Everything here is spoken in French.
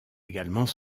également